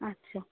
আচ্ছা